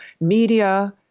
media